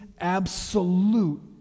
absolute